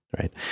Right